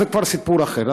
זה כבר סיפור אחר.